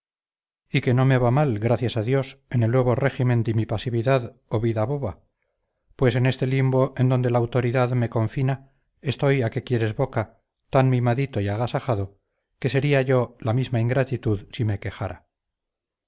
y que no me va mal gracias a dios en el nuevo régimen de mi pasividad o vida boba pues en este limbo en donde la autoridad me confina estoy a qué quieres boca tan mimadito y agasajado que sería yo la misma ingratitud si me quejara